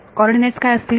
coordinate काय आहेत